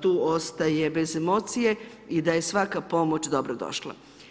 tu ostaje bez emocije i da je svaka pomoć dobrodošla.